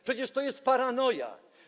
Przecież to jest paranoja.